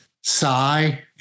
sigh